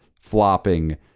flopping